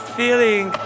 feeling